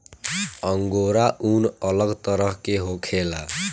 angora ऊन अलग तरह के होखेला